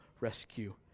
rescue